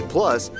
Plus